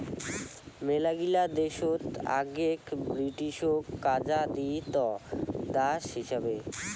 মেলাগিলা দেশত আগেক ব্রিটিশকে কাজা দিত দাস হিচাবে